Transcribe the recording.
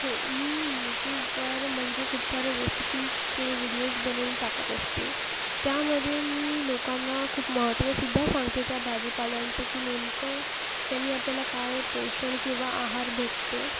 हो मी यूट्यूबवर म्हणजे खूप साऱ्या रेसिपीजचे विडिओज् बनवून टाकत असते त्यामध्ये मी लोकांना खूप महत्त्वसुद्धा सांगते त्या भाजीपाल्यांचं की नेमकं त्यांनी आपल्याला काय पोषण किंवा आहार भेटते